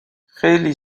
خیلی